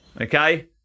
okay